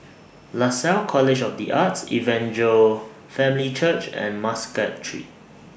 Lasalle College of The Arts Evangel Family Church and Muscat Street